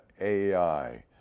AI